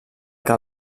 que